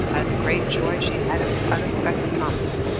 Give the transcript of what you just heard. the great joy she had at this unexpected promise,